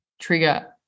trigger